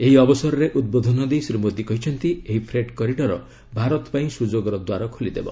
ଏହି ଅବସରରେ ଉଦ୍ବୋଧନ ଦେଇ ଶ୍ରୀ ମୋଦି କହିଛନ୍ତି ଏହି ଫ୍ରେଟ୍ କରିଡର୍ ଭାରତ ପାଇଁ ସୁଯୋଗର ଦ୍ୱାର ଖୋଲିଦେବ